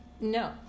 No